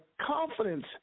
confidence